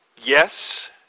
Yes